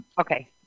Okay